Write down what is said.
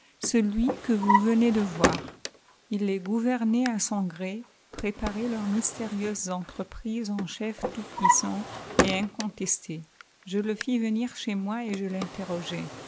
celui que vous venez de voir ii les gouvernait à son gré préparait leurs mystérieuses entreprises en chef tout-puissant et incontesté je le fis venir chez moi et je l'interrogeai